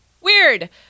Weird